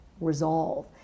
resolve